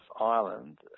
Ireland